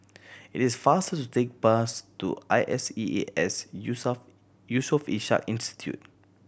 it is faster to take bus to I S E A S Yusof Yusof Ishak Institute